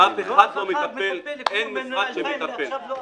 אף אחד לא מטפל בכלום, משנת 2000 ועד עכשיו.